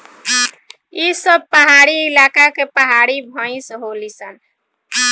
ई सब पहाड़ी इलाका के पहाड़ी भईस होली सन